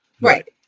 right